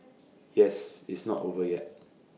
yes it's not over yet